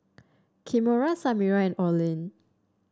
Kimora Samira and Orlin